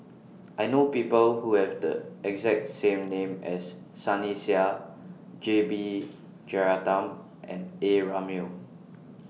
I know People Who Have The exact same name as Sunny Sia J B Jeyaretnam and A Ramli